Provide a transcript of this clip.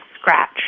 scratch